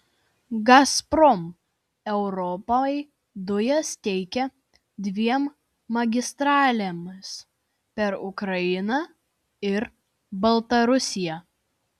gazprom europai dujas tiekia dviem magistralėmis per ukrainą ir baltarusiją